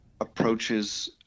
approaches